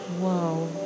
Wow